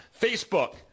Facebook